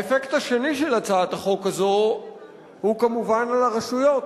האפקט השני של הצעת החוק הזאת הוא כמובן על הרשויות: